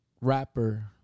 rapper